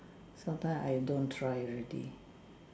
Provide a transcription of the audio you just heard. some times I don't try already